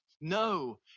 No